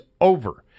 over